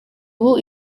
ubu